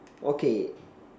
okay